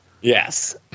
Yes